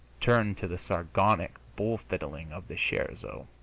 turned to the sardonic bull-fiddling of the scherzo.